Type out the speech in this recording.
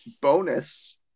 bonus